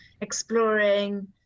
exploring